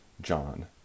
John